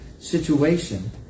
situation